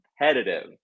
competitive